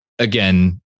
Again